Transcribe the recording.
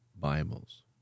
Bibles